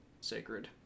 sacred